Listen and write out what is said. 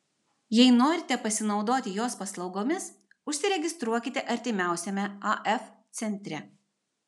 jei norite pasinaudoti jos paslaugomis užsiregistruokite artimiausiame af centre